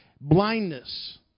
blindness